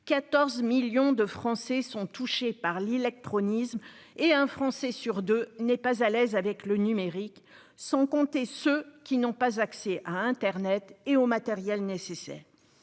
14 millions de Français sont touchés par l'illectronisme et un Français sur 2 n'est pas à l'aise avec le numérique, sans compter ceux qui n'ont pas accès à Internet et au matériel nécessaire